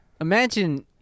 imagine